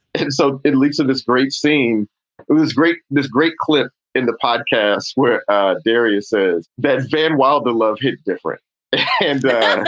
and so it leads to this great scene is great, this great clip in the podcast where dario says that van wilder loved his different and and